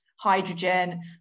hydrogen